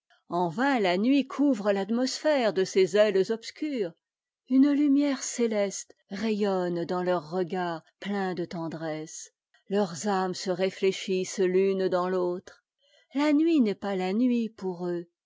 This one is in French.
en vain la nuit couvre l'atmosphère de ses ailes obscures une lumière céleste rayonne dans leurs regards pleins de tendresse leurs âmes se ré uéehissent l'une dans l'autre la nuit n'est pas la nuit pour eux